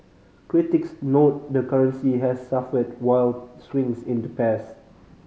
critics note the currency has suffered wild swings in the past